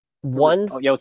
one